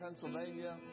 Pennsylvania